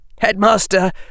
Headmaster